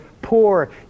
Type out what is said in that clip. poor